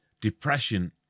depression